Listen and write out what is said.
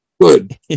good